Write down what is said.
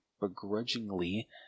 begrudgingly